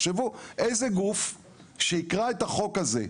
תחשבו איזה גוף שיקרא את החוק הזה,